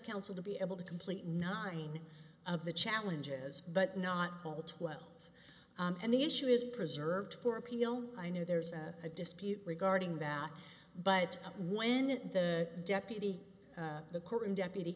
counsel to be able to complete nine of the challenges but not all twelve and the issue is preserved for appeal i know there's a dispute regarding that but when it the deputy of the court and deputy